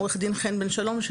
עו"ד חן בן שלום.